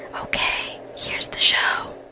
ok, here's the show